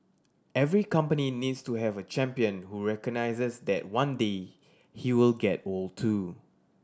every company needs to have a champion who recognises that one day he will get old too